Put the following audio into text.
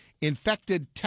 infected